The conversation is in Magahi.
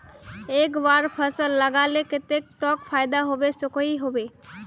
एक बार फसल लगाले कतेक तक फायदा होबे सकोहो होबे?